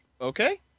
okay